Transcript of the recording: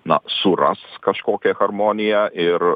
na suras kažkokią harmoniją ir